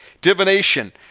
divination